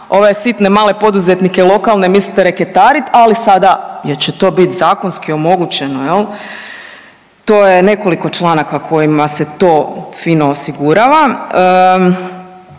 ove sitne male poduzetnike lokalne mislite reketariti, ali sada jer će to biti zakonski omogućeno, je li? To je nekoliko članaka kojima se to fino osigurava.